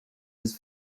his